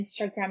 Instagram